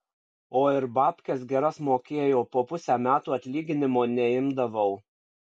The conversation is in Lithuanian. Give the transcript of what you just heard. o ir babkes geras mokėjo po pusę metų atlyginimo neimdavau